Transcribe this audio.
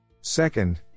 Second